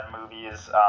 movies